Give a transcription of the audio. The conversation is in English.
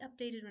updated